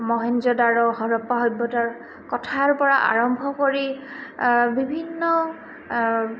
মহেঞ্জ'দাৰো হৰপ্পা সভ্যতাৰ কথাৰ পৰা আৰম্ভ কৰি বিভিন্ন